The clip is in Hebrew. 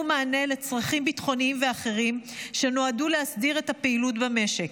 מענה לצרכים ביטחוניים ואחרים שנועדו להסדיר את הפעילות במשק.